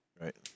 Right